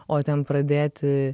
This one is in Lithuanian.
o ten pradėti